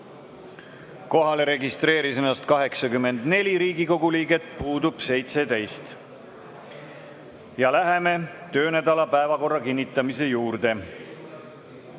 Kohalolijaks registreeris ennast 84 Riigikogu liiget, puudub 17. Ja läheme töönädala päevakorra kinnitamise juurde.